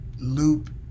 loop